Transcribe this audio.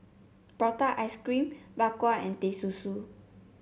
Prata Ice Cream Bak Kwa and Teh Susu